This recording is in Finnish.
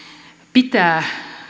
pitää